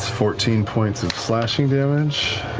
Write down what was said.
fourteen points of slashing damage.